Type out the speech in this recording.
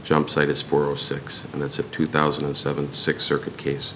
jump site is for six and that's a two thousand and seven six circuit case